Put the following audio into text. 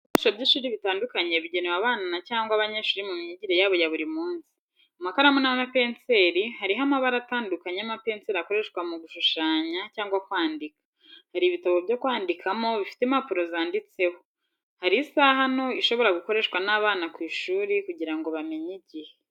Ibikoresho by'ishuri bitandukanye bigenewe abana cyangwa abanyeshuri mu myigire yabo ya buri munsi. Amakaramu n’amapenseri hariho amabara atandukanye y’amapenseri akoreshwa mu gushushanya cyangwa kwandika. Hari ibitabo byo kwandikamo bifite impapuro zanditseho. Hari isaha nto ishobora gukoreshwa n’abana ku ishuri kugirango bamenye igihe.